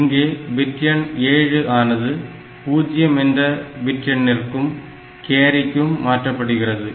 இங்கே பிட் எண் 7 ஆனது பூஜ்ஜியம் என்ற பிட் எண்ணிற்கும் கேரிக்கும் மாற்றப்படுகிறது